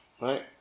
Right